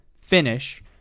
finish